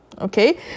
Okay